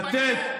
תתביישו.